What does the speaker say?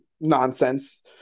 nonsense